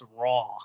raw